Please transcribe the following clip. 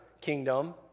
kingdom